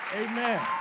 Amen